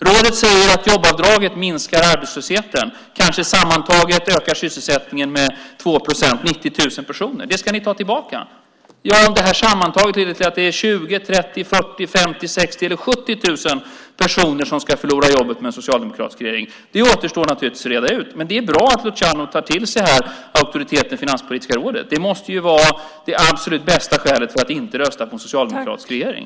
Rådet säger att jobbavdraget minskar arbetslösheten. Sammantaget kanske sysselsättningen ökar med 2 procent, 90 000 personer. Det ska ni ta tillbaka. Det här sammantaget leder till att det är 20 000, 30 000, 40 000, 50 000, 60 000 eller 70 000 personer som ska förlora jobben med en socialdemokratisk regering. Det återstår naturligtvis att reda ut. Men det är bra att Luciano tar till sig auktoriteten i Finanspolitiska rådet. Det måste ju vara det absolut bästa skälet till att inte rösta på en socialdemokratisk regering.